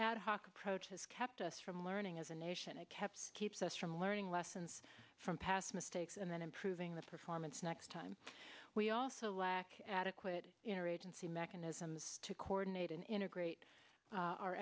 ad hoc approach has kept us from learning as a nation and kept keeps us from learning lessons from past mistakes and then improving the performance next time we also lack adequate interagency mechanisms to coordinate and integrate